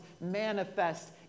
manifest